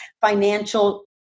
financial